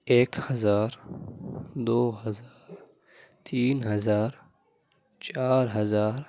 ایک ہزار دو ہزار تین ہزار چار ہزار